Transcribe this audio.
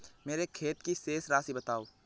मेरे खाते की शेष राशि बताओ?